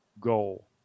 goal